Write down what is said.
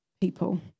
people